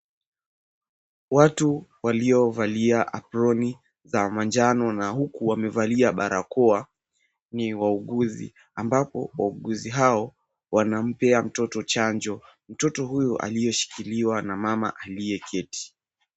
Watu waliovalia aproni za manjano na huku wamevalia barakoa ni wauguzi ambapo wauguzi hao wanampea mtoto chanjo. Mtoto huyo aliyeshikiliwa na mama aliyeketi.